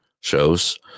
shows